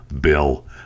Bill